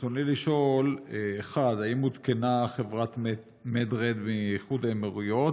ברצוני לשאול: האם עודכנה חברת Med-Red מאיחוד האמירויות